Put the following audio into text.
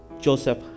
Joseph